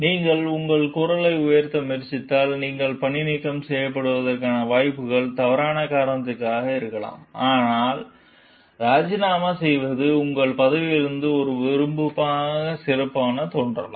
நீங்கள் உங்கள் குரலை உயர்த்த முயற்சித்ததால் நீங்கள் பணிநீக்கம் செய்யப்படுவதற்கான வாய்ப்புகள் தவறான காரணத்திற்காக இருக்கலாம் அதனால்தான் ராஜினாமா செய்வது உங்கள் பதிவுகளில் ஒரு விருப்பமாக சிறப்பாகத் தோன்றலாம்